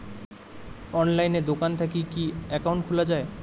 অনলাইনে দোকান থাকি কি একাউন্ট খুলা যায়?